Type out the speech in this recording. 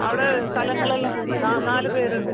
അവിടെ സ്ഥലങ്ങളെല്ലാം നാ നാല് പേരുണ്ട്